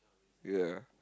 ya